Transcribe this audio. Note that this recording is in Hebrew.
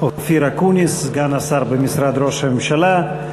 אופיר אקוניס, סגן שר במשרד ראש הממשלה.